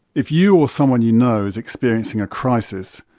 if you or someone you know is experiencing a crisis,